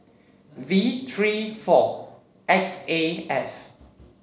V three four X A F